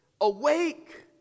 Awake